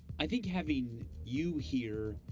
i think having you here.